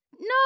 no